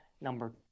number